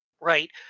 right